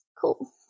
Cool